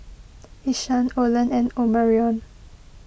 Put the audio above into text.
Ishaan Olen and Omarion